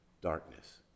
darkness